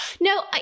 No